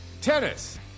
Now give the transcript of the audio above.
Tennis